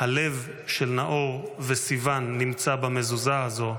"הלב של נאור וסיון נמצא במזוזה הזו",